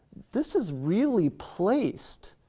this is really placed.